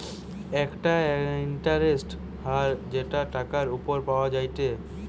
একটা ইন্টারেস্টের হার যেটা টাকার উপর পাওয়া যায়টে